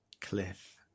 Cliff